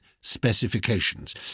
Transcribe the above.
specifications